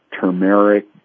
Turmeric